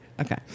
Okay